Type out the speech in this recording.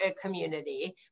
community